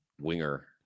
winger